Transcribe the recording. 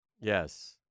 Yes